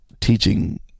teaching